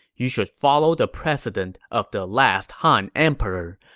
you should follow the precedent of the last han emperor.